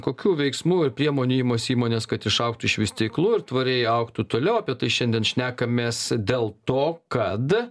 kokių veiksmų ir priemonių imasi įmonės kad išaugtų iš vystyklų ir tvariai augtų toliau apie tai šiandien šnekamės dėl to kad